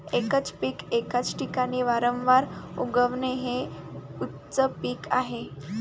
एकच पीक एकाच ठिकाणी वारंवार उगवणे हे उच्च पीक आहे